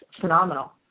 phenomenal